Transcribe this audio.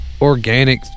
organic